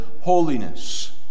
holiness